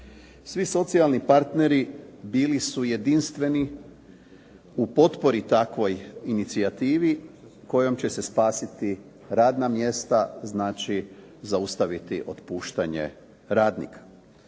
Svi socijalni partneri bili su jedinstveni u potpori takvoj inicijativi kojom će se spasiti radna mjesta, znači zaustaviti otpuštanje radnika.